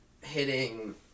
hitting